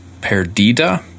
Perdida